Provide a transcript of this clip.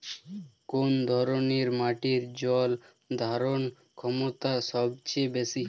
কোন ধরণের মাটির জল ধারণ ক্ষমতা সবচেয়ে বেশি?